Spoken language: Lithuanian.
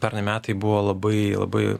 pernai metai buvo labai labai